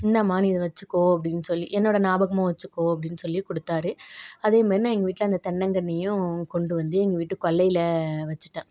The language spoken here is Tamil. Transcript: இந்தாம்மா நீ இதை வச்சுக்கோ அப்படின் சொல்லி என்னோட ஞாபகமாக வச்சிசுக்கோ அப்படின் சொல்லி கொடுத்தாரு அதே மாதிரி நான் எங்கள் வீட்டில் அந்த தென்னங்கன்றையும் கொண்டு வந்து எங்கள் வீட்டு கொல்லையில் வச்சுட்டேன்